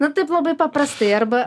na taip labai paprastai arba